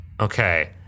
Okay